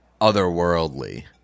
otherworldly